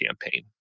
campaign